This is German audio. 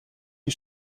die